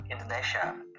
Indonesia